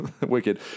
wicked